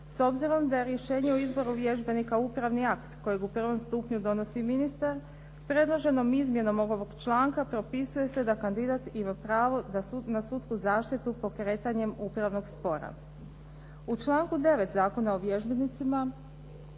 S obzirom da je rješenje o izboru vježbenika upravni akt kojeg u prvom stupnju donosi ministar, predloženom izmjenom ovog članka propisuje se da kandidat ima pravo na sudsku zaštitu pokretanjem upravnog spora. U članku 9. u Zakonu o vježbenicima,